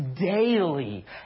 daily